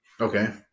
Okay